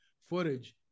footage